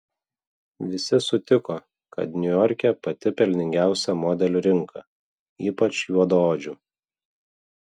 visi sutiko kad niujorke pati pelningiausia modelių rinka ypač juodaodžių